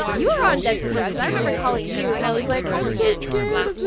you were on dental drugs. i remember calling you and i was like i'm so scared